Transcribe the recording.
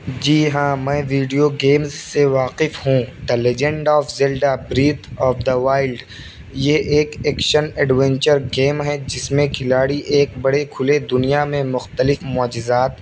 جی ہاں میں video games سے واقف ہوں the legend of Zelda breath of the wild یہ ایک ایکشن ایڈوینچر گیم ہے جس میں کھلاڑی ایک بڑے کھلے دنیا میں مختلف معجزات